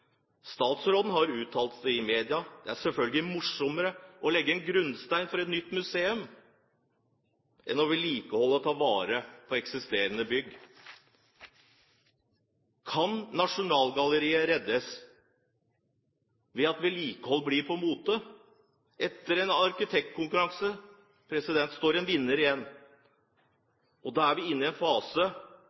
Statsråden har uttalt til media at det selvfølgelig er morsommere å legge ned en grunnstein for et nytt museum enn å vedlikeholde og ta vare på eksisterende bygg. Kan Nasjonalgalleriet reddes ved at vedlikehold blir på mote? Etter arkitektkonkurransen står en vinner igjen. Da er vi inne i en fase